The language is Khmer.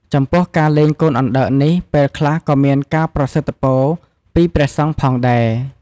ចំពោះការលែងកូនអណ្តើកនេះពេលខ្លះក៏មានការប្រសិទ្ធពរពីព្រះសង្ឃផងដែរ ។